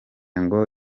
ngo